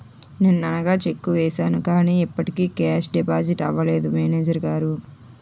నిన్ననగా చెక్కు వేసాను కానీ ఇప్పటికి కేషు డిపాజిట్ అవలేదు మేనేజరు గారు